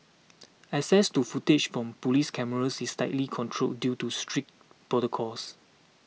access to footage from police cameras is tightly controlled due to strict protocols